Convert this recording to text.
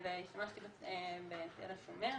השתמשתי בתל השומר,